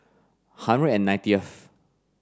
hundred and nineteenth